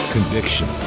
Conviction